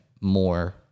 more